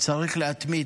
צריך להתמיד.